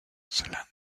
seul